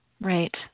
Right